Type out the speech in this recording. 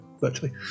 virtually